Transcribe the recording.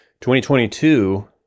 2022